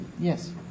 yes